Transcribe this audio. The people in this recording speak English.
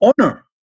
Honor